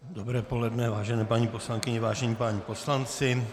Dobré poledne, vážené paní poslankyně, vážení páni poslanci.